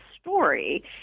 story